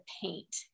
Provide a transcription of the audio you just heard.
paint